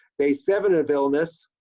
day seven of illness,